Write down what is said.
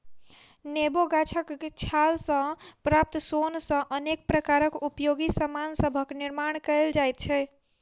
नेबो गाछक छाल सॅ प्राप्त सोन सॅ अनेक प्रकारक उपयोगी सामान सभक निर्मान कयल जाइत छै